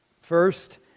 first